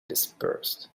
dispersed